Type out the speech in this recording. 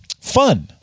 fun